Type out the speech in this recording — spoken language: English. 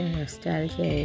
nostalgia (